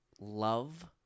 love